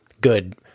good